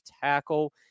tackle